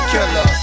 Killer